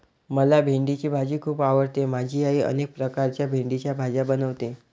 मला भेंडीची भाजी खूप आवडते माझी आई अनेक प्रकारच्या भेंडीच्या भाज्या बनवते